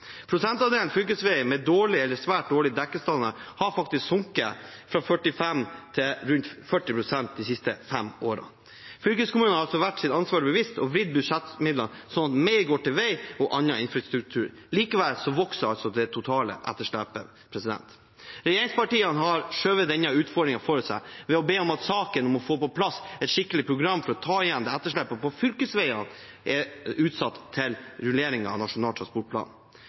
Prosentandelen fylkesvei med dårlig eller svært dårlig dekkestandard har faktisk sunket fra 45 pst. til rundt 40 pst. de siste årene. Fylkeskommunene har altså vært seg sitt ansvar bevisst og vridd budsjettmidlene sånn at mer går til vei og annen infrastruktur. Likevel vokser det totale etterslepet. Regjeringspartiene har skjøvet denne utfordringen foran seg, ved å be om at saken om å få på plass et skikkelig program for å ta igjen etterslepet på fylkesveiene er utsatt til rulleringen av Nasjonal transportplan.